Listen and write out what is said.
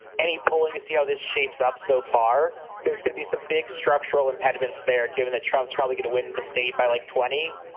any polling to see how this shapes up so far. there's gonna be some big structural impediments there. given that travel is probably good to win the state by like twenty.